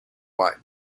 white